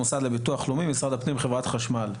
המשרד לביטוח לאומי, משרד הפנים וחברת חשמל.